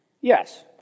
Yes